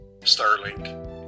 Starlink